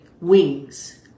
wings